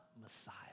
Messiah